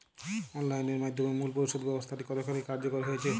Online এর মাধ্যমে মূল্য পরিশোধ ব্যাবস্থাটি কতখানি কার্যকর হয়েচে?